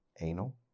anal